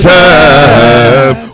time